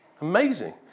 Amazing